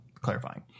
clarifying